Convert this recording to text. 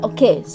Okay